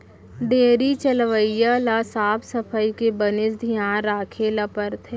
dairy चलवइया ल साफ सफई के बनेच धियान राखे ल परथे